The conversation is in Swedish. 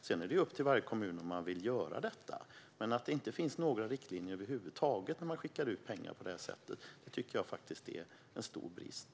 Sedan är det upp till varje kommun om man vill göra detta, men att det inte finns några riktlinjer över huvud taget när det skickas ut pengar på det här sättet tycker jag faktiskt är en stor brist.